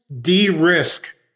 de-risk